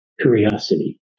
curiosity